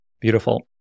Beautiful